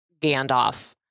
Gandalf